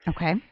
Okay